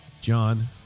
John